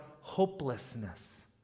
hopelessness